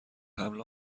حمل